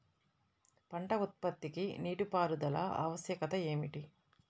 పంట ఉత్పత్తికి నీటిపారుదల ఆవశ్యకత ఏమిటీ?